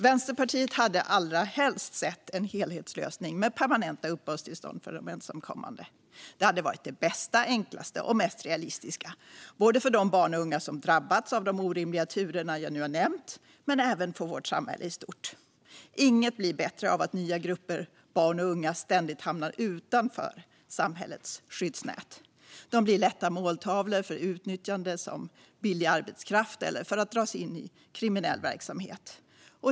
Vänsterpartiet hade allra helst sett en helhetslösning med permanenta uppehållstillstånd för de ensamkommande. Det hade varit det bästa, enklaste och mest realistiska - både för de barn och unga som drabbats av de orimliga turer jag nu nämnt och även för vårt samhälle i stort. Inget blir bättre av att nya grupper barn och unga ständigt hamnar utanför samhällets skyddsnät. De blir lätta måltavlor för utnyttjande som billig arbetskraft eller för att dras in i kriminell verksamhet.